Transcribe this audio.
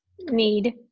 need